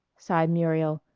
sighed muriel,